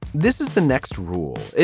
this is the next rule,